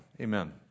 amen